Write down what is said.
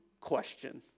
question